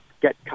get